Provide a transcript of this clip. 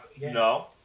No